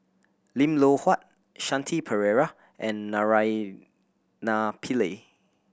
Lim Loh Huat Shanti Pereira and Naraina Pillai